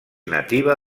nativa